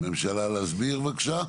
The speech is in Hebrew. כן, ממשלה, להסביר בבקשה.